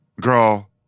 Girl